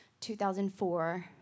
2004